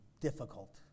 difficult